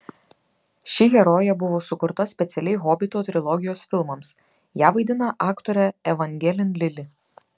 ši herojė buvo sukurta specialiai hobito trilogijos filmams ją vaidina aktorė evangelin lili